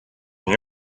nie